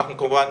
אנחנו כמובן